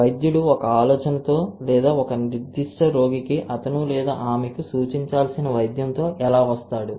వైద్యుడు ఒక ఆలోచనతో లేదా ఒక నిర్దిష్ట రోగికి అతను లేదా ఆమెకు సూచించాల్సిన వైద్యంతో ఎలా వస్తాడు